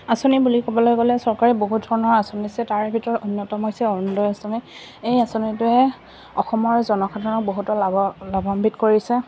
আঁচনি বুলি ক'বলৈ গ'লে চৰকাৰে বহুত ধৰণৰ আঁচনি দিছে তাৰে ভিতৰত অন্যতম হৈছে অৰুণোদয় আঁচনি এই আঁচনিটোৱে অসমৰ জনসাধাৰণক বহুতো লাভা লাভাম্বিত কৰিছে